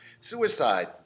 Suicide